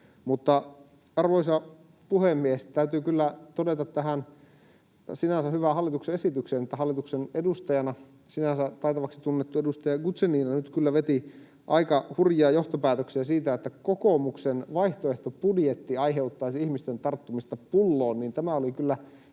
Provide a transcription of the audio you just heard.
Arvoisa puhemies! Täytyy kyllä todeta tähän sinänsä hyvään hallituksen esitykseen, että hallituksen edustajana sinänsä taitavaksi tunnettu edustaja Guzenina nyt kyllä veti aika hurjia johtopäätöksiä siitä, että kokoomuksen vaihtoehtobudjetti aiheuttaisi ihmisten tarttumista pulloon.